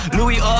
Louis